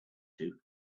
two